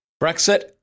Brexit